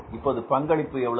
இப்போது பங்களிப்பு எவ்வளவு